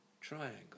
Triangle